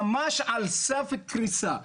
ממש על סף קריסה.